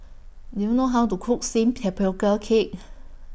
Do YOU know How to Cook Steamed Tapioca Cake